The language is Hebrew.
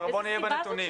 בואו ונהיה בנתונים.